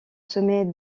sommets